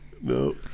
No